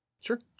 sure